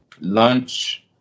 Lunch